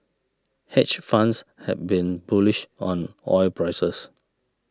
hedge funds have been bullish on oil prices